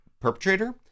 perpetrator